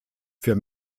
für